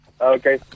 Okay